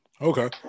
Okay